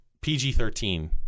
PG-13